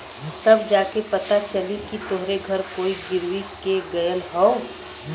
तब जा के पता चली कि तोहरे घर कोई गिर्वी कर के गयल हौ